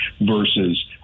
versus